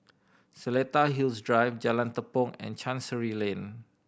Seletar Hills Drive Jalan Tepong and Chancery Lane